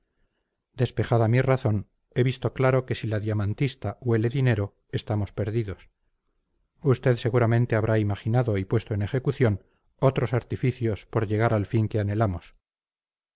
despejada mi razón he visto claro que si la diamantista huele dinero estamos perdidos usted seguramente habrá imaginado y puesto en ejecución otros artificios por llegar al fin que anhelamos